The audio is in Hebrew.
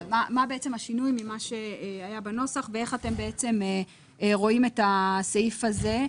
אבל מה השינוי ממה שהיה בנוסח ואיך אתם רואים את הסעיף הזה?